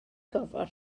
gorfod